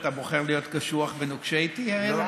אתה בוחר להיות קשוח ונוקשה איתי הערב?